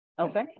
Okay